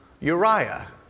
Uriah